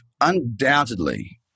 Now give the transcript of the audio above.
undoubtedly